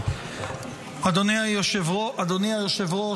--- אדוני היושב-ראש,